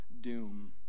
doom